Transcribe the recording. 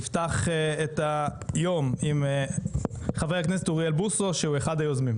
נפתח את היום עם חבר הכנסת אוריאל בוסו שהוא אחד היוזמים,